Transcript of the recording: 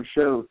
Show